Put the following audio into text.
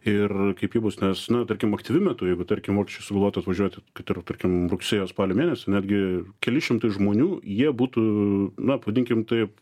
ir kaip ji bus nes na tarkim aktyviu metu jeigu tarkim vokiečiai sugalvotų atvažiuoti kad ir tarkim rugsėjo spalio mėnesį netgi keli šimtai žmonių jie būtų na pavadinkim taip